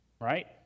right